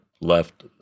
left